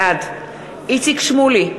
בעד איציק שמולי,